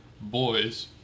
boys